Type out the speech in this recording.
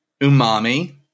umami